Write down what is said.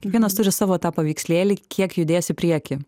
kiekvienas turi savo tą paveikslėlį kiek judės į priekį